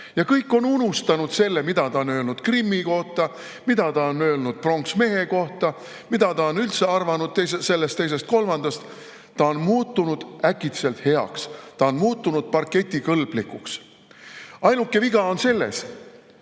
Ja kõik on unustanud selle, mida ta on öelnud Krimmi kohta, mida ta on öelnud pronksmehe kohta, mida ta on üldse arvanud sellest, teisest, kolmandast. Ta on muutunud äkitselt heaks, ta on muutunud parketikõlblikuks. Ainuke viga on selles,